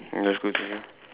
let's go through here